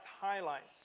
highlights